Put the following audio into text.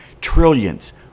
Trillions